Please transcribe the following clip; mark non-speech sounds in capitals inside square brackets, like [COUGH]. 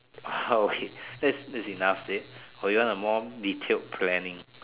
uh [LAUGHS] okay that's that's enough isit or do you want a more detailed planning